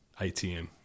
ATM